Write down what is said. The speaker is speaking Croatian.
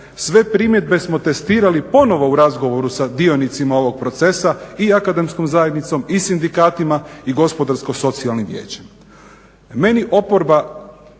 Sve primjedbe smo testirali ponovno u razgovoru sa dionicima ovog procesa i akademskom zajednicom, i sindikatima, i gospodarsko-socijalnim vijećem. Meni oporba,